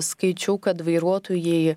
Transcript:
skaičiau kad vairuotojai